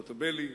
חוטובלי,